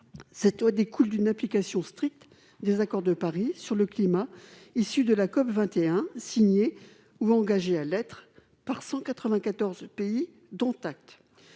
ce taux découle d'une application stricte des accords de Paris sur le climat, issue de la COP21 signé ou engagés à l'être, par 194 pays dont acte,